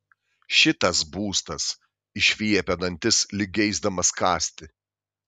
šitas būstas išviepia dantis lyg geisdamas kąsti